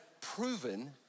proven